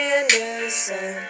Anderson